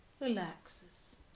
relaxes